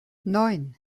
neun